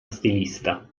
stilista